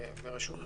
ורשות מבצעת.